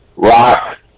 Rock